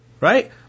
right